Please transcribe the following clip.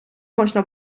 можна